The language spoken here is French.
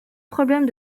problème